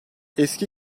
eski